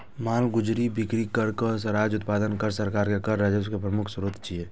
मालगुजारी, बिक्री कर आ राज्य उत्पादन कर सरकार के कर राजस्व के प्रमुख स्रोत छियै